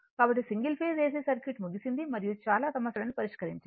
కాబట్టి single phase AC circuit ముగిసింది మరియు చాలా సమస్యలను పరిష్కరించాలి